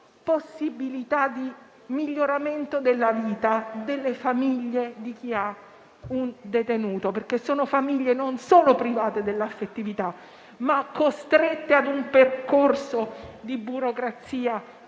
possibilità di miglioramento della vita di chi ha un detenuto in famiglia, perché queste sono famiglie, non solo private dell'affettività, ma costrette ad un percorso di burocrazia